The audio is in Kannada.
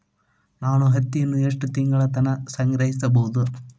ನಾನು ಹತ್ತಿಯನ್ನ ಎಷ್ಟು ತಿಂಗಳತನ ಸಂಗ್ರಹಿಸಿಡಬಹುದು?